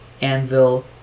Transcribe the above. anvil